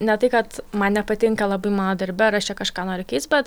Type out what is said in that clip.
ne tai kad man nepatinka labai mano darbe ar aš čia kažką noriu keis bet